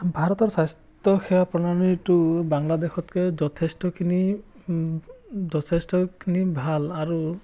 ভাৰতৰ স্বাস্থ্যসেৱা প্ৰণালীটো বাংলাদেশতকৈ যথেষ্টখিনি যথেষ্টখিনি ভাল আৰু